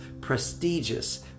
prestigious